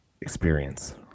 experience